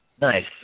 Nice